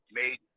made